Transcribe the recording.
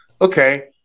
okay